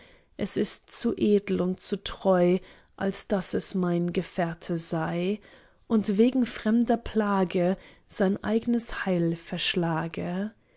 es ist zu edel und zu treu als daß es mein gefährte sei und wegen fremder plage sein eignes heil verschlage